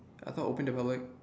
I thought open to public